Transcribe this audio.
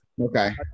Okay